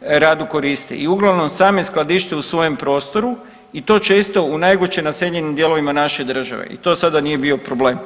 radu koriste i uglavnom same skladište u svojem prostoru i to često u najgušće naseljenim dijelovima naše države i to sada nije bio problem.